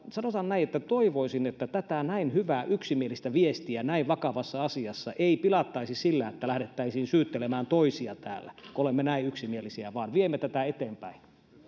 sanotaan näin että toivoisin että tällaista näin hyvää yksimielistä viestiä näin vakavassa asiassa ei pilattaisi sillä että lähdetään syyttelemään toisia täällä kun olemme näin yksimielisiä vaan viemme tätä eteenpäin